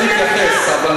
אני רוצה להתייחס, אבל